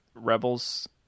rebels